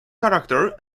character